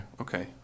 Okay